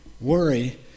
worry